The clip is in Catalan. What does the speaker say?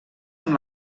amb